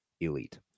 elite